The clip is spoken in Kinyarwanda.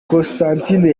constantine